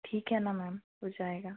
ठीक है ना मैम हो जाएगा